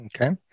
Okay